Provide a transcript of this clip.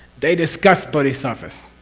they discuss bodhisattvas,